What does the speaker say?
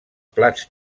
plats